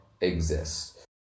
exists